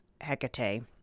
Hecate